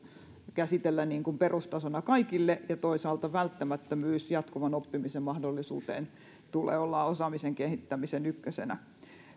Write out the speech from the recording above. käsitellä niin kuin perustasona kaikille ja toisaalta jatkuvan oppimisen mahdollisuuden välttämättömyyden tulee olla osaamisen kehittämisen ykkösenä